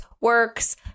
works